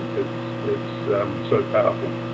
it's it's so powerful.